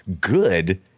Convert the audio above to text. good